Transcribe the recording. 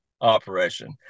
operation